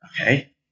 Okay